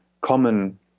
common